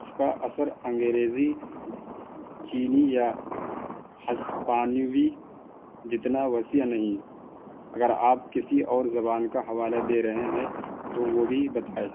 اس کا اثر انگریزی چینی یا ہسپانوی جتنا وسیع نہیں اگر آپ کسی اور زبان کا حوالہ دے رہے ہیں تو وہ بھی بتائے